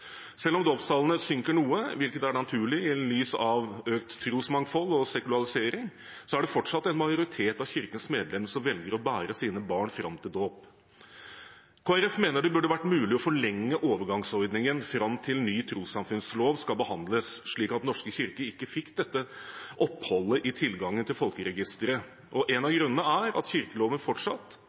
Selv om dåpstallene synker noe, hvilket er naturlig sett i lys av økt trosmangfold og sekularisering, er det fortsatt en majoritet av Kirkens medlemmer som velger å bære sine barn fram til dåp. Kristelig Folkeparti mener det burde vært mulig å forlenge overgangsordningen fram til ny trossamfunnslov skal behandles, slik at Den norske kirke ikke hadde fått dette oppholdet i tilgangen til folkeregisteret. En av grunnene er at kirkeloven fortsatt